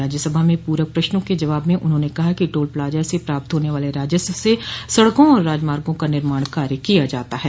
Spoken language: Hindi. राज्यसभा में पूरक प्रश्नों के जवाब में उन्होंने कहा कि टोल प्लाजा से प्राप्त होने वाले राजस्व से सड़कों और राजमार्गों का निर्माण कार्य किया जाता है